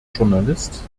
journalist